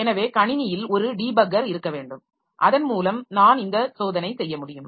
எனவே கணினியில் ஒரு டீபக்கர் இருக்க வேண்டும் அதன் மூலம் நான் இந்த சோதனை செய்ய முடியும்